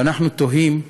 ואנחנו תוהים: